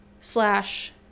slash